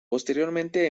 posteriormente